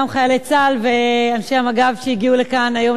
חיילי צה"ל ואנשי המג"ב שהגיעו לכאן היום,